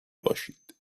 باشید